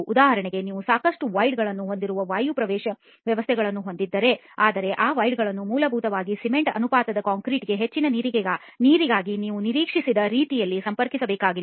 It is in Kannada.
ಉದಾಹರಣೆಗೆ ನೀವು ಸಾಕಷ್ಟು ವಾಯ್ಡ್ಗಳನ್ನು ಹೊಂದಿರುವ ವಾಯು ಪ್ರವೇಶ ವ್ಯವಸ್ಥೆಗಳನ್ನು ಹೊಂದಿದ್ದರೆ ಆದರೆ ಈ ವಾಯ್ಡ್ಗಳನ್ನು ಮೂಲಭೂತವಾಗಿ ಸಿಮೆಂಟ್ ಅನುಪಾತದ ಕಾಂಕ್ರೀಟ್ಗೆ ಹೆಚ್ಚಿನ ನೀರಿಗಾಗಿ ನಾವು ನಿರೀಕ್ಷಿಸಿದ ರೀತಿಯಲ್ಲಿ ಸಂಪರ್ಕಿಸಬೇಕಾಗಿಲ್ಲ